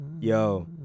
yo